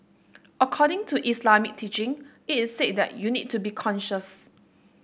according to Islamic teaching it is said that you need to be conscious